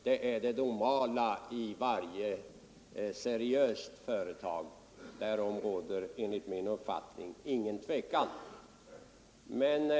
Detta är det normala förfaringssättet i varje seriöst företag — därom råder enligt min uppfattning inget tvivel.